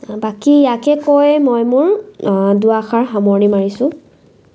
বাকী ইয়াকে কৈ মই মোৰ দুআষাৰ সামৰণি মাৰিছোঁ